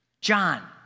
John